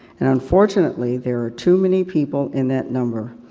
and unfortunately, there are too many people in that number,